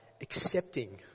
accepting